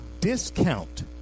discount